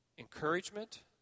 Encouragement